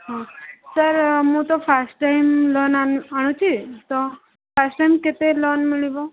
sir ମୁଁ ତ first time loan ଆଣ ଆଣୁଛି ତ ଫାଷ୍ଟ୍ ଟାଇମ୍ କେତେ ଲୋନ୍ ମିଳିବ